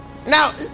Now